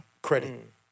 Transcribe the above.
Credit